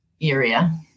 area